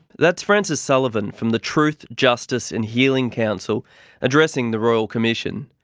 that's francis sullivan from the truth, justice and healing council addressing the royal commission.